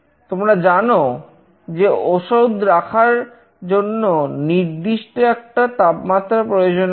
তোমরা জানো যে ঔষধ রাখার জন্য নির্দিষ্ট একটা তাপমাত্রা প্রয়োজন আছে